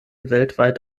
weltweit